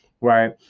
right